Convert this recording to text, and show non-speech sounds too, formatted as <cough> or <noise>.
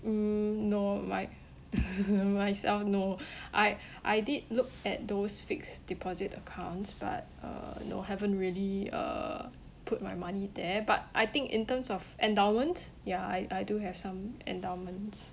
mm no like <laughs> myself no <breath> I I did look at those fixed deposit accounts but uh no haven't really uh put my money there but I think in terms of endowments ya I I do have some endowments